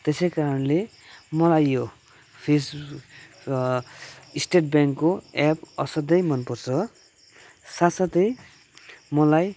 त्यसै कारणले मलाई यो फेस स्टेट ब्याङ्कको एप असाध्यै मन पर्छ साथ साथै मलाई